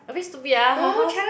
a bit stupid ah her house